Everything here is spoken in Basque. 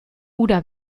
ura